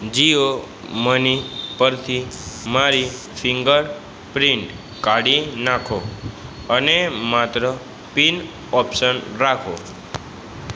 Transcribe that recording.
Jio money પરથી મારી finger print કાઢી નાંખો અને માત્ર પીન ઓપ્શન રાખો